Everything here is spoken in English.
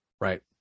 right